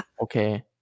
Okay